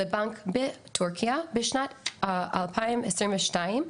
לבנק בטורקיה בשנת 2022,